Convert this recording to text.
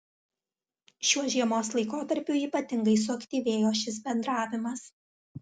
šiuo žiemos laikotarpiu ypatingai suaktyvėjo šis bendravimas